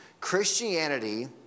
Christianity